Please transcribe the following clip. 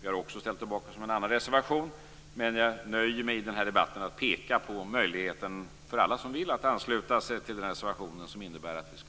Vi har också ställt oss bakom en annan reservation, men jag nöjer mig i den här debatten med att peka på möjligheten för alla som vill att ansluta sig till den reservation som innebär att